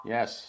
Yes